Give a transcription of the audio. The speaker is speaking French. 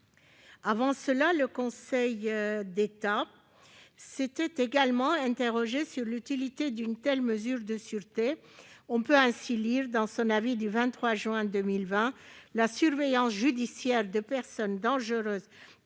Auparavant, le Conseil d'État s'était également interrogé sur l'utilité d'une telle mesure de sûreté. On peut ainsi lire, dans son avis du 23 juin 2020 :« La surveillance judiciaire de personnes dangereuses